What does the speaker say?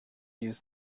use